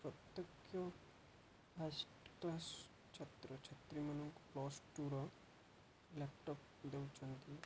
ପ୍ରତ୍ୟେକ ଫାଷ୍ଟକ୍ଲାସ୍ ଛାତ୍ର ଛାତ୍ରୀମାନଙ୍କୁ ପ୍ଲସ୍ ଟୁୁର ଲ୍ୟାପଟପ୍ ଦେଉଛନ୍ତି